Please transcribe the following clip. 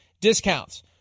discounts